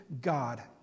God